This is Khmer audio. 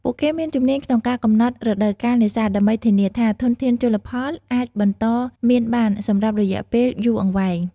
ពួកគេមានជំនាញក្នុងការកំណត់រដូវកាលនេសាទ ដើម្បីធានាថាធនធានជលផលអាចបន្តមានបានសម្រាប់រយៈពេលយូរអង្វែង។